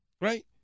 right